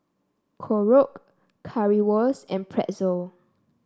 Korokke Currywurst and Pretzel